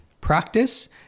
practice